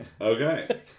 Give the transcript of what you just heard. Okay